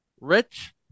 Rich